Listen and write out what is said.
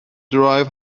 drive